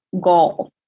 goal